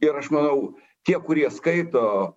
ir aš manau tie kurie skaito